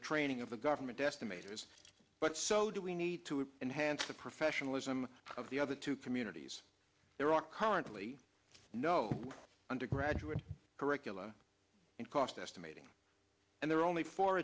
the training of the government estimate is but so do we need to enhance the professionalism of the other two communities there are currently no undergraduate curricula in just estimating and there are only fo